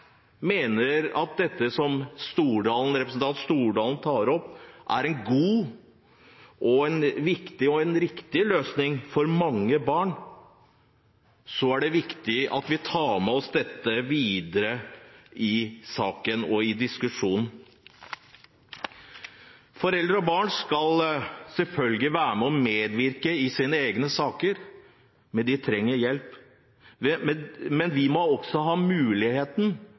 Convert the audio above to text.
mener at dette som representanten Stordalen tar opp, er en god, viktig og riktig løsning for mange barn, er det viktig at vi tar med oss dette videre i diskusjonen. Foreldre og barn skal selvfølgelig være med på å medvirke i egne saker, men de trenger hjelp. Men vi – og da mener jeg kommunene – må også ha muligheten